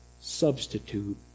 substitute